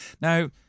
Now